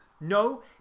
No